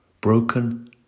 broken